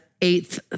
eighth